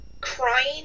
crying